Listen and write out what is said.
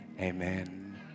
amen